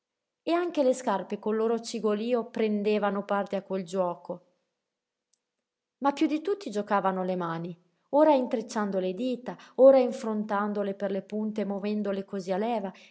e anche le scarpe col loro cigolío prendevano parte a quel giuoco ma piú di tutti giocavano le mani ora intrecciando le dita ora infrontandole per le punte e movendole cosí a leva